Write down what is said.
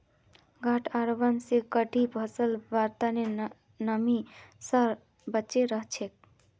गांठ आवरण स कटी फसल वातावरनेर नमी स बचे रह छेक